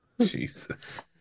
Jesus